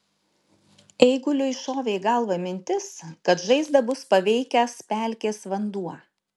eiguliui šovė į galvą mintis kad žaizdą bus paveikęs pelkės vanduo